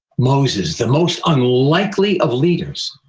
moses, the most unlikely of leaders,